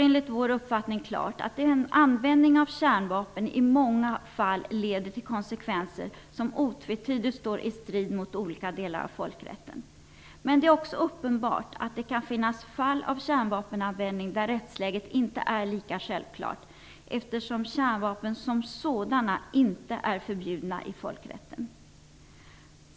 Enligt vår uppfattning står det klart att användning av kärnvapen i många fall får konsekvenser som otvetydigt står i strid mot olika delar av folkrätten. Men det är också uppenbart att det kan finnas fall av kärnvapenanvändning där rättsläget inte är lika självklart, eftersom kärnvapen som sådana inte är förbjudna i folkrätten.